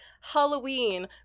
Halloween